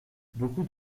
beaucoup